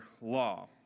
law